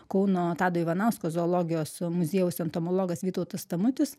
kauno tado ivanausko zoologijos muziejaus entomologas vytautas tamutis